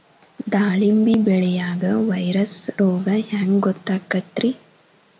ದಾಳಿಂಬಿ ಬೆಳಿಯಾಗ ವೈರಸ್ ರೋಗ ಹ್ಯಾಂಗ ಗೊತ್ತಾಕ್ಕತ್ರೇ?